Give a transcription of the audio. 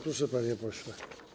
Proszę, panie pośle.